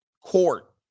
court